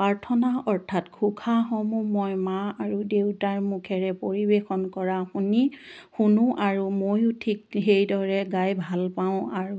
প্ৰাৰ্থনা অৰ্থাৎ ঘোষাসমূহ মই মা আৰু দেউতাৰ মুখেৰে পৰিৱেশন কৰা শুনি শুনো আৰু ময়ো ঠিক সেইদৰে গাই ভাল পাওঁ আৰু